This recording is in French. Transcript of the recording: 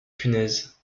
punaises